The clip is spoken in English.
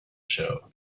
show